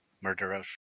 Murderous